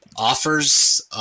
offers